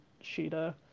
Sheeta